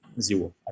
zero